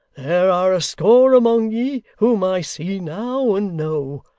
there are a score among ye whom i see now and know,